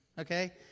Okay